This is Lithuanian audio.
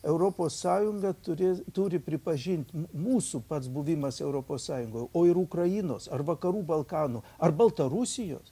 europos sąjunga turi turi pripažint mūsų pats buvimas europos sąjungoj o ir ukrainos ar vakarų balkanų ar baltarusijos